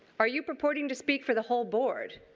are you purporting to speak for the whole board?